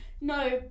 No